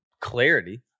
clarity